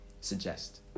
suggest